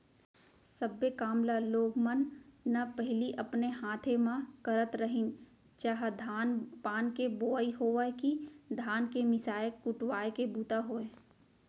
सब्बे काम ल लोग मन न पहिली अपने हाथे म करत रहिन चाह धान पान के बोवई होवय कि धान के मिसाय कुटवाय के बूता होय